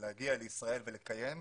להגיע לישראל ולקיים אותן.